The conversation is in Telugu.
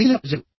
మిగిలిన ప్రజలు